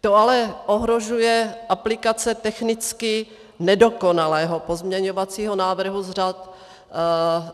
To ale ohrožuje aplikace technicky nedokonalého pozměňovacího návrhu